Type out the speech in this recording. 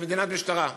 זאת מדינת משטרה.